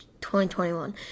2021